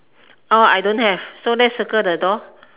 orh I don't have so let's circle the door